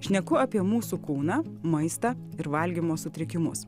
šneku apie mūsų kūną maistą ir valgymo sutrikimus